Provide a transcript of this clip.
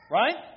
right